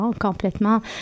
complètement